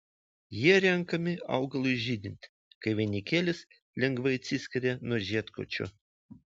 jie renkami augalui žydint kai vainikėlis lengvai atsiskiria nuo žiedkočio